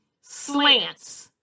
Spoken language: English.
slants